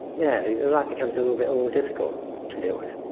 know. life becomes a little bit more difficult to deal with.